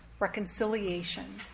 Reconciliation